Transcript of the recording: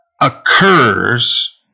occurs